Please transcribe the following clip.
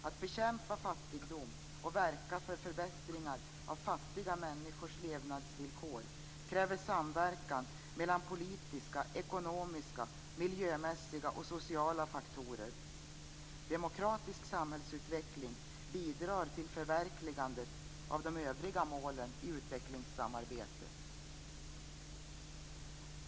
Att bekämpa fattigdom och verka för förbättringar av fattiga människors levnadsvillkor kräver samverkan mellan politiska, ekonomiska, miljömässiga och sociala faktorer. Demokratisk samhällsutveckling bidrar till förverkligandet av de övriga målen i utvecklingssamarbetet.